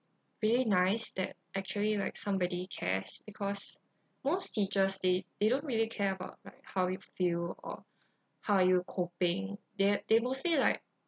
really nice that actually like somebody cares because most teachers they they don't really care about how you feel or how you coping they they mostly like